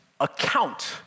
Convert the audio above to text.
account